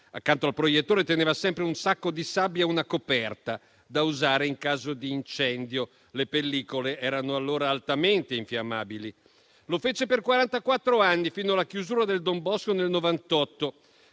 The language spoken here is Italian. Accanto al proiettore teneva sempre un sacco di sabbia e una coperta, da usare in caso di incendio; le pellicole erano allora altamente infiammabili. Lo fece per quarantaquattro anni, fino alla chiusura del Don Bosco nel 1998.